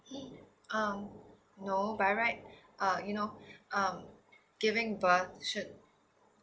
um no by right uh you know um giving birth should